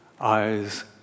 eyes